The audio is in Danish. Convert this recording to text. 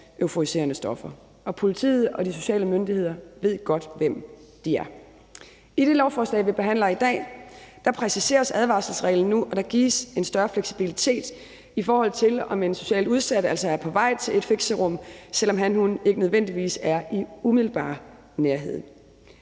euforiserende stoffer. Politiet og de sociale myndigheder ved godt, hvem de er. I det lovforslag, vi behandler i dag, præciseres advarselsreglen nu, og der gives en større fleksibilitet, i forhold til om en socialt udsat altså er på vej til et fixerum, selv om han/hun ikke nødvendigvis er i umiddelbar nærhed.